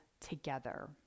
together